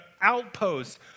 outpost